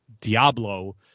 Diablo